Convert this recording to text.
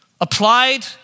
applied